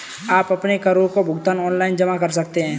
आप अपने करों का भुगतान ऑनलाइन जमा कर सकते हैं